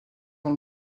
dans